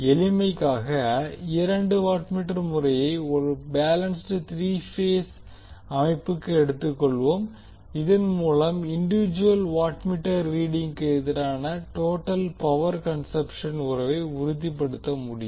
எளிமைக்காக இரண்டு watt meter முறையை ஒரு பேலன்ஸ்ட் த்ரீ பேஸ் அமைப்புக்கு எடுத்துக்கொள்வோம் இதன் மூலம் இன்விட்ஜுவல் வாட்மீட்டர் ரீடிங்குக்கு எதிராக டோட்டல் பவர் கன்சம்ப்ஷன் உறவை உறுதிப்படுத்த முடியும்